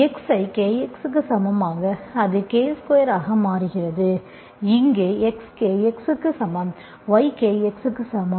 x ஐ Kx க்கு சமமாக அது K ஸ்கொயர் ஆக மாறுகிறது இங்கே x Kx க்கு சமம் y Kx க்கு சமம்